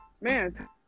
man